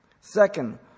Second